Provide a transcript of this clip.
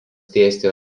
dėstė